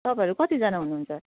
तपाईँहरू कतिजना हुनुहुन्छ